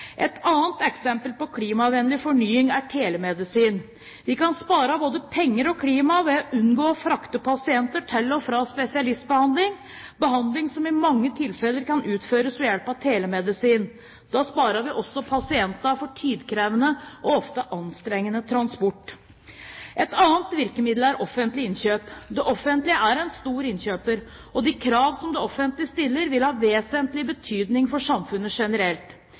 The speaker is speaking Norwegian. Et annet eksempel på klimavennlig fornying er telemedisin. Vi kan spare både penger og klima ved å unngå å frakte pasienter til og fra spesialistbehandling – behandling som i mange tilfeller kan utføres ved hjelp av telemedisin. Da sparer vi også pasientene for tidkrevende og ofte anstrengende transport. Et annet virkemiddel er offentlige innkjøp. Det offentlige er en stor innkjøper, og de krav som det offentlige stiller, vil ha vesentlig betydning for samfunnet generelt.